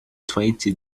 twenty